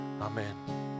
Amen